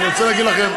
אני רוצה להגיד לכם,